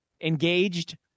engaged